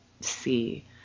see